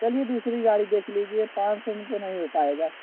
चलिए दूसरी गाड़ी देख लीजिए पाँच सौ में तो नहीं हो पाएगा